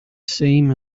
same